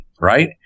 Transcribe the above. Right